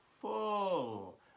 full